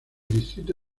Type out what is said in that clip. distrito